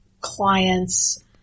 clients